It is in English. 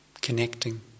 connecting